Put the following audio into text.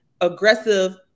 aggressive